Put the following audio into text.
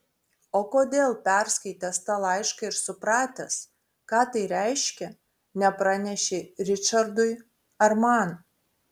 o kodėl perskaitęs tą laišką ir supratęs ką tai reiškia nepranešei ričardui ar man